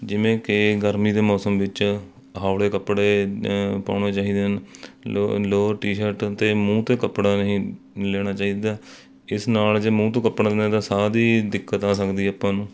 ਜਿਵੇਂ ਕਿ ਗਰਮੀ ਦੇ ਮੌਸਮ ਵਿੱਚ ਹੌਲ਼ੇ ਕੱਪੜੇ ਪਾਉਣੇ ਚਾਹੀਦੇ ਹਨ ਲੋ ਲੋਅਰ ਟੀ ਸ਼ਰਟ ਅਤੇ ਮੂੰਹ 'ਤੇ ਕੱਪੜਾ ਨਹੀਂ ਲੈਣਾ ਚਾਹੀਦਾ ਇਸ ਨਾਲ ਜੇ ਮੂੰਹ ਤੋਂ ਕੱਪੜਾ ਲੈਂਦੇ ਤਾਂ ਸਾਹ ਦੀ ਦਿੱਕਤ ਆ ਸਕਦੀ ਆਪਾਂ ਨੂੰ